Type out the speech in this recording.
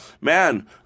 man